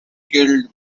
killed